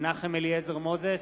מנחם אליעזר מוזס,